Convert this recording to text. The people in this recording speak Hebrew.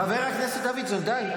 חבר הכנסת דוידסון, די.